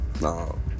No